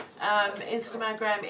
Instagram